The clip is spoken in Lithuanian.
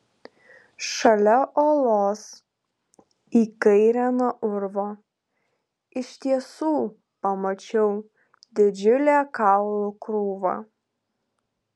šalia uolos į kairę nuo urvo iš tiesų pamačiau didžiulę kaulų krūvą